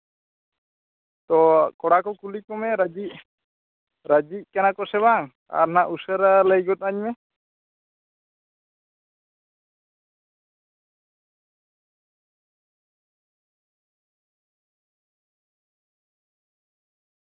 ᱛᱚ ᱠᱚᱲᱟ ᱠᱚ ᱠᱩᱞᱤ ᱠᱚᱢᱮ ᱨᱟᱹᱡᱤᱜ ᱨᱟᱹᱡᱤᱜ ᱠᱟᱱᱟ ᱠᱚᱥᱮ ᱵᱟᱝ ᱟᱨ ᱱᱟᱦᱟᱜ ᱩᱥᱟᱹᱨᱟ ᱞᱟᱹᱭ ᱜᱚᱫᱼᱟᱹᱧ ᱢᱮ